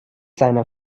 seiner